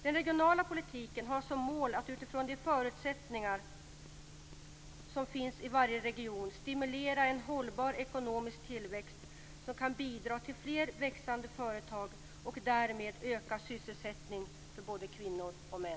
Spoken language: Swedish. Den regionala politiken har som mål att utifrån de förutsättningar som finns i varje region stimulera en hållbar ekonomisk tillväxt som kan bidra till fler växande företag och därmed ökad sysselsättning för både kvinnor och män.